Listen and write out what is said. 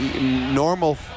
Normal